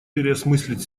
переосмыслить